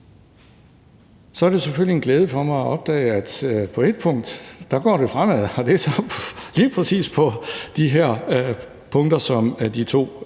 Så er det selvfølgelig en glæde for mig at opdage, at på et punkt går det fremad, og det er så lige præcis på de her punkter, som de to